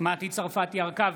מטי צרפתי הרכבי,